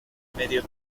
medio